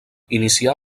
inicià